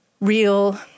real